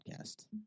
Podcast